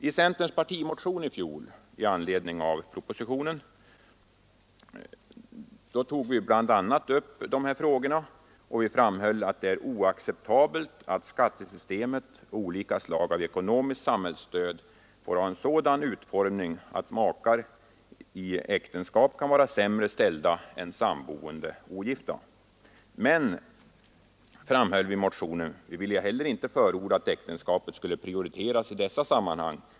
I centerns partimotion i fjol i anledning av propositionen tog vi bl.a. upp de frågor vi nu behandlar och framhöll, att det är oacceptabelt att skattesystemet och olika slag av ekonomiskt samhällsstöd får ha en sådan utformning att makar i äktenskap kan vara sämre ställda än samboende ogifta. Men vi framhöll i motionen också att vi inte heller ville förorda att äktenskapet prioriteras i dessa sammanhang.